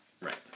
Right